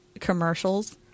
commercials